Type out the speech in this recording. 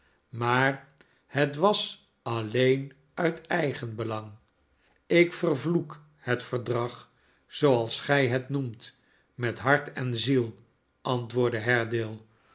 maar het was alleen uit eigenbelang ik vervloek het verdrag zooals gij het noemt met hart en ziel antwoordde